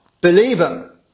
believer